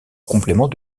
complément